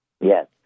Yes